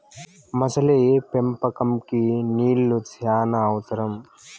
మొసలి పెంపకంకి నీళ్లు శ్యానా అవసరం